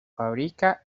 fabrica